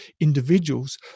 Individuals